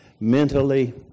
mentally